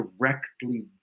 directly